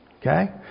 Okay